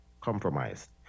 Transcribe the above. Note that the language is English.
compromised